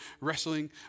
wrestling